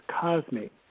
cosmic